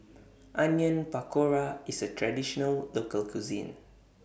Onion Pakora IS A Traditional Local Cuisine